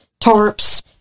tarps